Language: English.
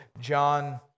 John